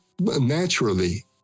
Naturally